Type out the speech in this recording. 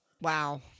Wow